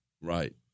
Right